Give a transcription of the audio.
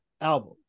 album